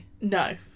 No